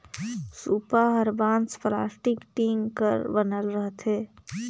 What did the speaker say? सूपा हर बांस, पलास्टिक, टीग कर बनल रहथे